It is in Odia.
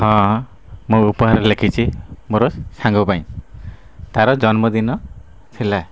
ହଁ ମୁଁ ଉପହାର ଲେଖିଛି ମୋର ସାଙ୍ଗ ପାଇଁ ତାର ଜନ୍ମଦିନ ଥିଲା